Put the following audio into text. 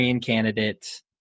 candidate